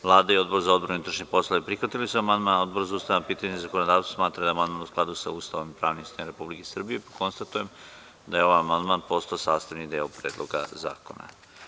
Vlada i Odbor za odbranu i unutrašnje poslove prihvatili su amandman, a Odbor za ustavna pitanja i zakonodavstvo smatra da je amandman u skladu sa Ustavom i pravnim sistemom Republike Srbije, pa konstatujem da je ovaj amandman postao sastavni deo Predloga zakona.